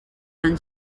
fan